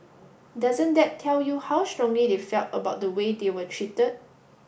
doesn't that tell you how strongly they felt about the way they were treated